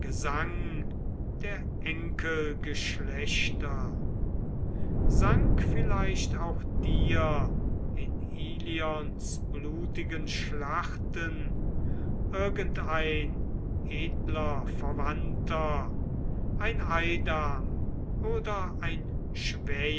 gesang der enkelgeschlechter sank vielleicht auch dir in ilions blutigen schlachten irgendein edler verwandter ein eidam oder ein